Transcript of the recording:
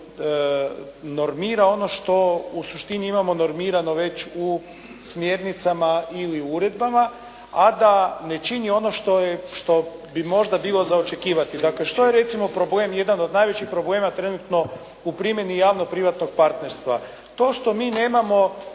normira ono što u suštini imamo normirano već u smjernicama ili uredbama, a da ne čini ono što je, što bi možda bilo za očekivati. Dakle, što je recimo problem jedan od najvećih problema trenutno u primjeni javno-privatnog partnerstva? To što mi nemamo